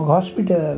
Hospital